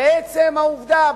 בעצם העובדה,